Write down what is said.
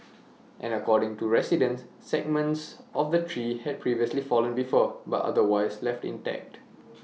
and according to residents segments of the tree had previously fallen before but otherwise left intact